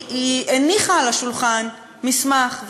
הניחה על השולחן מסמך,